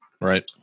Right